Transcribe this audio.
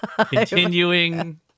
Continuing